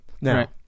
now